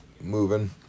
moving